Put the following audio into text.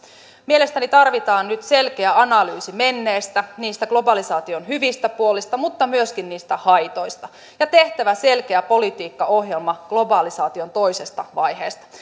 mielestäni tarvitaan nyt selkeä analyysi menneestä niistä globalisaation hyvistä puolista mutta myöskin niistä haitoista ja on tehtävä selkeä politiikkaohjelma globalisaation toisesta vaiheesta